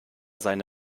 seine